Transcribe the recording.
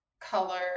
color